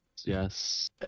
yes